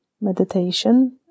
meditation